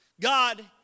God